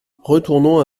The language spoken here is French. retournant